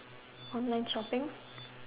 online shopping